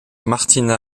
martina